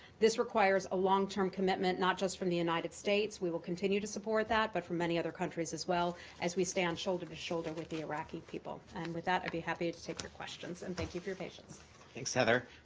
this requires a long-term commitment not just from the united states. we will continue to support that, but from many other countries as well, as we stand shoulder-to-shoulder with the iraqi people. and with that, i'd be happy to take your questions. and thank you for your patience. question thanks, heather.